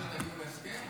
עד שתגיעו להסכם?